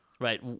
right